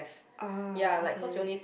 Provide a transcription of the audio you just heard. ah okay